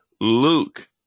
Luke